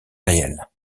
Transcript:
réels